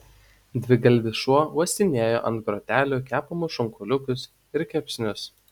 dvigalvis šuo uostinėjo ant grotelių kepamus šonkauliukus ir kepsnius